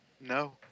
No